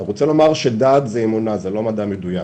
הוא רוצה לומר שדת היא אמונה והיא לא מדע מדויק.